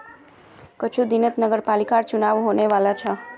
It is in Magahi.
कुछू दिनत नगरपालिकर चुनाव होने वाला छ